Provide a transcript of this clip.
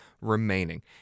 remaining